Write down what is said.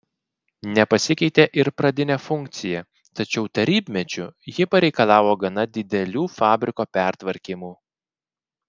nepasikeitė ir pradinė funkcija tačiau tarybmečiu ji pareikalavo gana didelių fabriko pertvarkymų